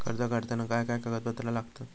कर्ज काढताना काय काय कागदपत्रा लागतत?